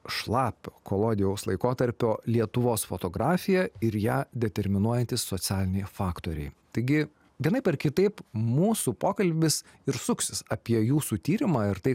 šlapio kolodijaus laikotarpio lietuvos fotografija ir ją determinuojantys socialiniai faktoriai taigi vienaip ar kitaip mūsų pokalbis ir suksis apie jūsų tyrimą ir tai